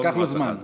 לקח לו זמן.